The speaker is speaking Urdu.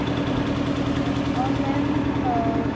تھینک یو میم اور میم